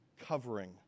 covering